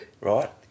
Right